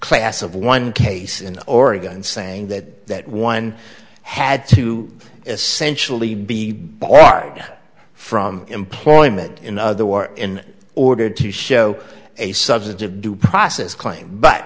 class of one case in oregon saying that that one had to essentially be barred from employment in other war in order to show a substantive due process claim but